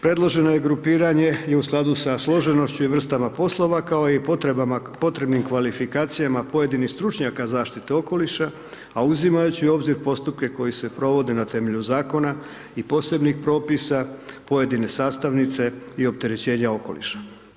Predloženo je grupiranje i u skladu sa složenošću i vrstama poslova, kao i potrebnim kvalifikacijama pojedinih stručnjaka zaštite okoliša, a uzimajući u obzir postupke koji se provode na temelju zakona i posebnih propisa pojedine sastavnice i opterećenja okoliša.